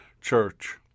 church